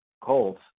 Colts